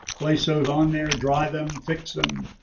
place those on there, dry them, fix them.